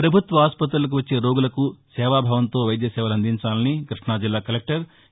ప్రభుత్వ ఆసుపతులకు వచ్చే రోగులకు సేవా భావంతో వైద్యసేవలందించాలని కృష్ణాజిల్లా కలెక్టర్ ఏ